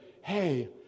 hey